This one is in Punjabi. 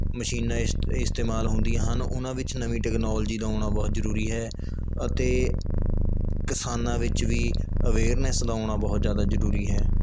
ਮਸ਼ੀਨਾਂ ਇਸ ਇਸਤਮਾਲ ਹੁੰਦੀਆਂ ਹਨ ਉਹਨਾਂ ਵਿੱਚ ਨਵੀਂ ਟੈਕਨੋਲਜੀ ਦਾ ਆਉਣਾ ਬਹੁਤ ਜ਼ਰੂਰੀ ਹੈ ਅਤੇ ਕਿਸਾਨਾਂ ਵਿੱਚ ਵੀ ਅਵੇਅਰਨੈੱਸ ਦਾ ਆਉਣਾ ਬਹੁਤ ਜ਼ਿਆਦਾ ਜ਼ਰੂਰੀ ਹੈ